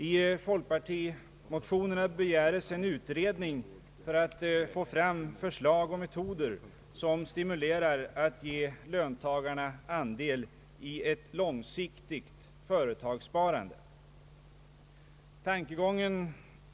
I folkpartimotionerna begärs en utredning för att man skall få fram förslag och metoder som stimulerar till att ge löntagarna andel i ett långsiktigt företagssparande.